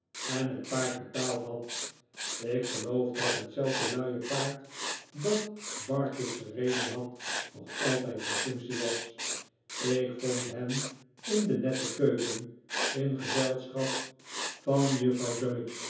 en het paard betaald had ik geloof dat hetzelfde luie paard dat barkis gereden had nog altijd in functie was ik vond hen in de nette keuken in gezelschap van juffrouw